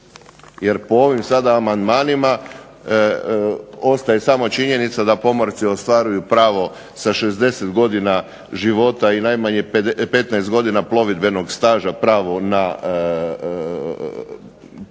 jer po ovim sada amandmanima ostaje samo činjenica da pomorci ostvaruju pravo sa 60. godina života i najmanje 15 godina plovidbenog staža pravo na punu